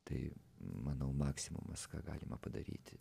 tai manau maksimumas ką galima padaryti